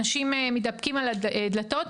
אנשים דופקים על הדלתות.